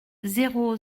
zéro